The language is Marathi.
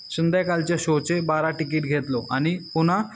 संंध्याकाळच्या शोचे बारा टिकीट घेतले आणि पुन्हा